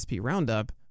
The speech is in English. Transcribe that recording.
roundup